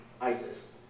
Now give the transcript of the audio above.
ISIS